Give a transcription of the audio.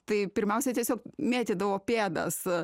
tai pirmiausia tiesiog mėtydavo pėdas a